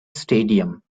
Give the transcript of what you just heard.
stadium